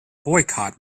boycott